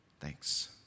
Thanks